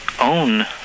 own